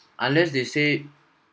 unless they say